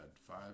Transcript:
five